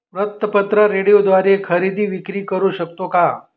वृत्तपत्र, रेडिओद्वारे खरेदी विक्री करु शकतो का?